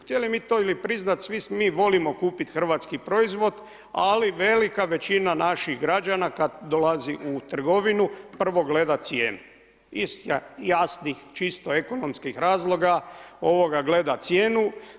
Htjeli mi to priznat svi mi volimo kupiti hrvatski proizvod, ali velika većina naših građana kad dolazi u trgovinu prvo gleda cijenu iz jasno čisto ekonomskih razloga gleda cijenu.